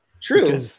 True